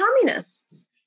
communists